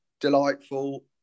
delightful